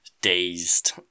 Dazed